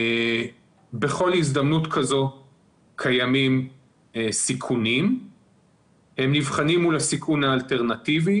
בכל הזדמנות כזו קיימים סיכונים והם נבחנים מול הסיכון האלטרנטיבי